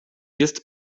jest